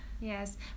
Yes